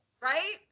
Right